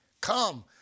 Come